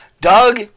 Doug